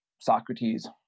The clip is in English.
Socrates